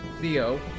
Theo